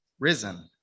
Risen